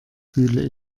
fühle